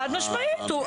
חד משמעית.